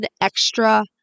extra